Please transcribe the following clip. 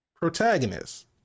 protagonist